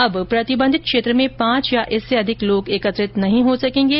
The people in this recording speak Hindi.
अब प्रतिबंधित क्षेत्र में पांच या इससे अधिक लोग एकत्रित नहीं हो सकेंगे